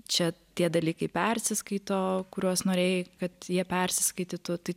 čia tie dalykai persiskaito kuriuos norėjai kad jie persiskaitytų tai